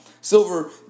Silver